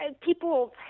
people